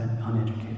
uneducated